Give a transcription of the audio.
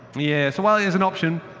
yeah so while it is an option,